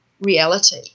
reality